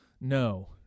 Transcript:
No